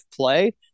play